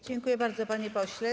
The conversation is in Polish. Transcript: Dziękuję bardzo, panie pośle.